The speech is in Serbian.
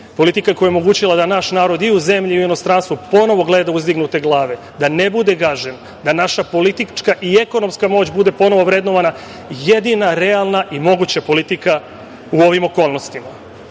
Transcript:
politika koja je omogućila da naš narod i u zemlji i u inostranstvu ponovo gleda uzdignute glave, da ne bude gažen, da naša politička i ekonomska moć bude ponovo vrednovana, jedina realna i moguća politika u ovim okolnostima.